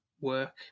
work